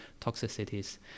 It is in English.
toxicities